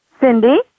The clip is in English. Cindy